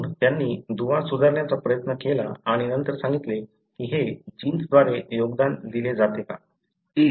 म्हणून त्यांनी दुवा साधण्याचा प्रयत्न केला आणि नंतर सांगितले की हे जीन्सद्वारे योगदान दिले जाते का